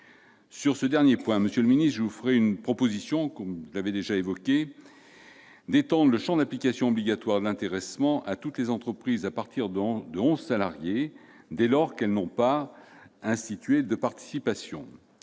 Sur ce dernier point, monsieur le ministre, je vous ferai une proposition, ainsi que nous en avons déjà parlé, consistant à étendre le champ d'application obligatoire de l'intéressement à toutes les entreprises à partir de 11 salariés, dès lors qu'elles n'ont pas institué de participation.